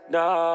no